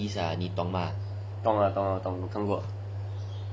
懂啊我看过